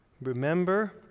Remember